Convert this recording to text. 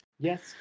Yes